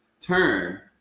turn